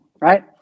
right